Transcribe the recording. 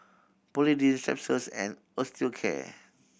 Polident Strepsils and Osteocare